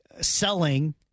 selling